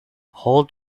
hauled